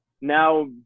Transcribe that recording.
now